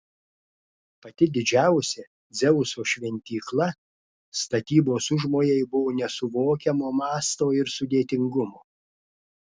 pati didžiausia dzeuso šventykla statybos užmojai buvo nesuvokiamo masto ir sudėtingumo